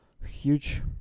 huge